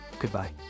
Goodbye